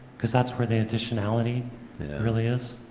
because that's where the additionality really is,